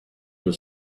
were